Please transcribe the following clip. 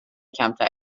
کمتر